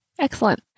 Excellent